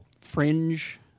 Fringe